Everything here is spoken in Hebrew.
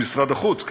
ממשרד החוץ,